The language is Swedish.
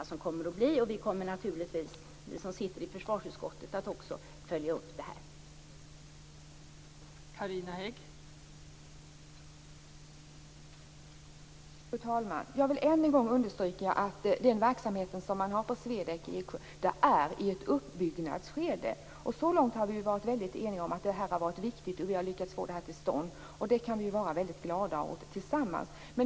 Vi som sitter i försvarsutskottet kommer naturligtvis också att följa upp den här frågan.